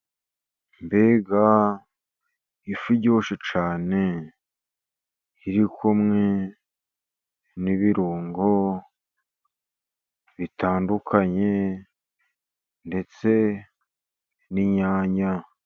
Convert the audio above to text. Mbega ifi iryoshye cyane! Iri kumwe n'ibirungo bitandukanye ndetse n'inyanya.